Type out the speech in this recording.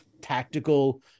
tactical